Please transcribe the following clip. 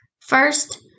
First